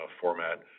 format